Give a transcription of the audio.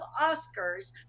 Oscars